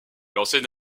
enseigne